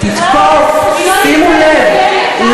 תתקוף" שימו לב,